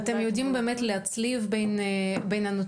ואתם יודעים באמת להצליב בין הנתונים